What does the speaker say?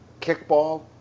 kickball